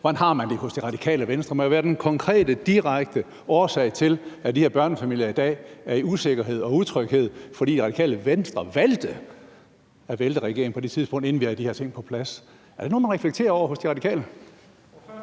Hvordan har man det hos Radikale Venstre med at være den konkrete, direkte årsag til, at de her børnefamilier i dag er i usikkerhed og utryghed, fordi Radikale Venstre valgte at vælte regeringen på det tidspunkt, inden vi havde de her ting på plads? Er det noget, man reflekterer over hos De Radikale?